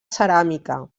ceràmica